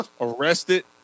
arrested